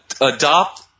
adopt